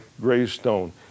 gravestone